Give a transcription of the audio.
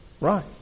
Right